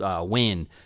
win